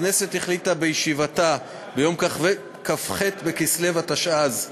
הכנסת החליטה בישיבתה ביום כ"ח בכסלו התשע"ז,